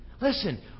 listen